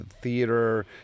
theater